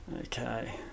okay